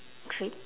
trip